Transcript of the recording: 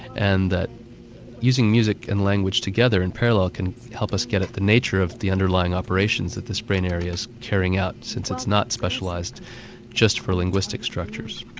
and that using music and language together in parallel can help us to get at the nature of the underlying operations that this brain area is carrying out, since it's not specialised just for linguistic structures.